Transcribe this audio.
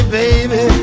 baby